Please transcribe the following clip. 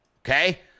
Okay